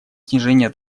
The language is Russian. снижение